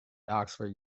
oxford